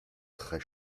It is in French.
très